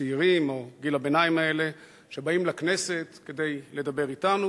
צעירים או בגיל הביניים האלה שבאים לכנסת כדי לדבר אתנו,